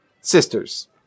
Sisters